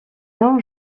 non